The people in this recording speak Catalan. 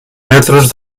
metres